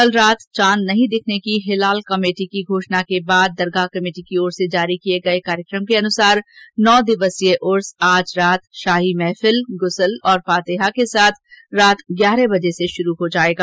कल रात चांद नहीं दिखने की हिलाल कमेटी की घोषणा के बाद दरगाह कमेटी की ओर से जारी किये गये कार्यक्रम के अनुसार नौ दिवसीय उर्स आज रात शाही महफिल गुसल और फातहा के साथ रात ग्यारह बजे से शुरू हो जाएगा